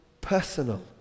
personal